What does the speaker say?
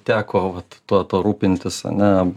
teko vat tuo tuo rūpintis ane